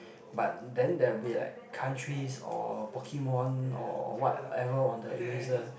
but then there'll be like countries or Pokemon or whatever on the eraser